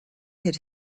had